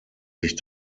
sich